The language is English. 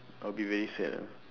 I'll be very sad ah